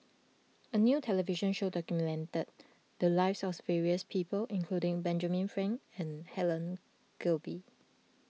a new television show documented the lives of various people including Benjamin Frank and Helen Gilbey